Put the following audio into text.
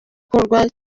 gukorwa